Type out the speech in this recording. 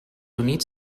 units